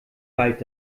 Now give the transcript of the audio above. bald